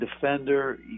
defender